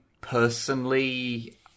personally